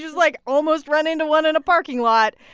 like, almost run into one in a parking lot.